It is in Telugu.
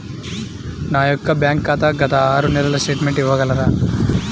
నా యొక్క బ్యాంక్ ఖాతా గత ఆరు నెలల స్టేట్మెంట్ ఇవ్వగలరా?